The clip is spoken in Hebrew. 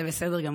זה בסדר גמור.